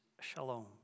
shalom